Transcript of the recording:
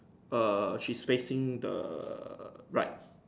err she's facing the right